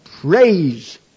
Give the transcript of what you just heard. Praise